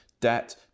debt